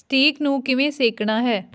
ਸਟੀਕ ਨੂੰ ਕਿਵੇਂ ਸੇਕਣਾ ਹੈ